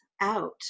out